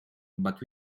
but